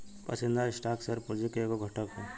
पसंदीदा stock share पूंजी के एगो घटक ह